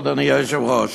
אדוני היושב-ראש.